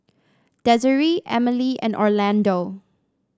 Desiree Emile and Orlando